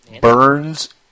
Burns